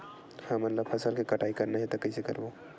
हमन ला फसल के कटाई करना हे त कइसे करबो?